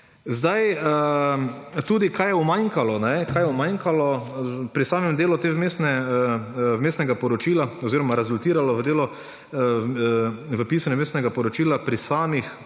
Tudi kaj je umanjkalo pri samem delu Vmesnega poročila oziroma rezultiralo v pisanju Vmesnega poročila pri samih